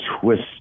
twist